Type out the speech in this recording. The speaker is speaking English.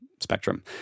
spectrum